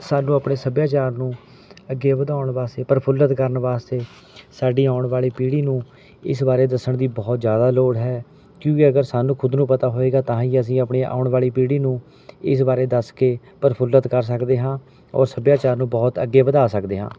ਸਾਨੂੰ ਆਪਣੇ ਸੱਭਿਆਚਾਰ ਨੂੰ ਅੱਗੇ ਵਧਾਉਣ ਵਾਸਤੇ ਪ੍ਰਫੁੱਲਿਤ ਕਰਨ ਵਾਸਤੇ ਸਾਡੀ ਆਉਣ ਵਾਲੀ ਪੀੜ੍ਹੀ ਨੂੰ ਇਸ ਬਾਰੇ ਦੱਸਣ ਦੀ ਬਹੁਤ ਜ਼ਿਆਦਾ ਲੋੜ ਹੈ ਕਿਉਂਕਿ ਅਗਰ ਸਾਨੂੰ ਖੁਦ ਨੂੰ ਪਤਾ ਹੋਵੇਗਾ ਤਾਂ ਹੀ ਅਸੀਂ ਆਪਣੀ ਆਉਣ ਵਾਲੀ ਪੀੜ੍ਹੀ ਨੂੰ ਇਸ ਬਾਰੇ ਦੱਸ ਕੇ ਪ੍ਰਫੁੱਲਿਤ ਕਰ ਸਕਦੇ ਹਾਂ ਔਰ ਸੱਭਿਆਚਾਰ ਨੂੰ ਬਹੁਤ ਅੱਗੇ ਵਧਾ ਸਕਦੇ ਹਾਂ